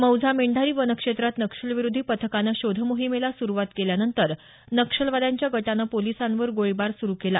मौझा मेंढारी वन क्षेत्रात नक्षलविरोधी पथकानं शोध मोहिमेला सुरूवात केल्यानंतर नक्षलवाद्यांच्या गटानं पोलिसांवर गोळीबार सुरू केला